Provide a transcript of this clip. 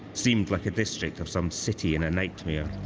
seemed like a district of some city in a nightmare.